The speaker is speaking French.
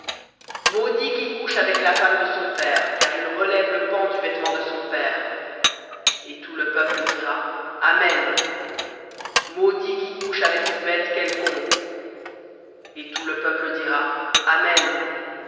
maudit qui couche avec la femme de son père car il relève le pan du vêtement de son père et tout le peuple dira amen maudit qui couche avec une bête quelconque et tout le peuple dira amen